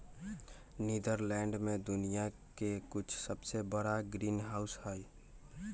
Netherlands में दुनिया के कुछ सबसे बड़ा ग्रीनहाउस हई